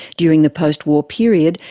during the post-war period,